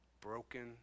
broken